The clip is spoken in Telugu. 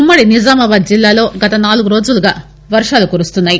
ఉమ్మడి నిజామాబాద్ జిల్లాలో గత నాలుగు రోజులుగా వర్హాలు కురుస్తున్నాయి